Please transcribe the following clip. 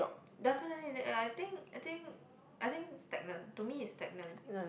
definitely they uh I think I think I think stagnant to me is stagnant